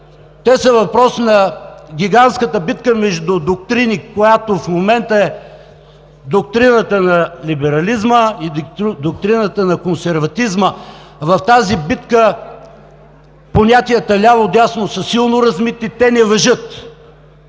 те са въпрос на гигантската битка между доктрини, които в момента са доктрината на либерализма и на консерватизма. В тази битка понятията „ляво“ и „дясно“ са силно размити, не важат,